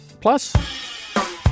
Plus